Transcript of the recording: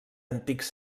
antics